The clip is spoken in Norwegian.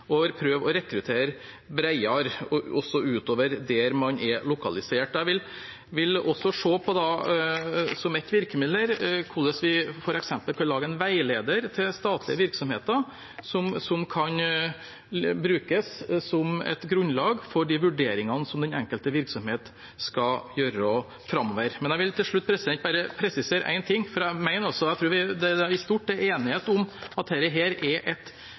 prøve å rekruttere bredere, også utover der man er lokalisert. Jeg vil også se på, som ett virkemiddel her, hvordan vi f.eks. kan lage en veileder til statlige virksomheter som kan brukes som et grunnlag for de vurderingene som den enkelte virksomhet skal gjøre framover. Til slutt vil jeg bare presisere én ting, for jeg tror det i stort er enighet om at dette er et bra tiltak, men: Det må være noe som supplerer statlig lokaliseringspolitikk, og ikke kommer som erstatning. Det er et